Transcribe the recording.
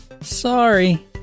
Sorry